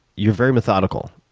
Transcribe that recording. you're very methodical.